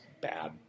bad